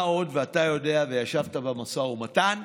ואתה יודע, וישבת במשא ומתן,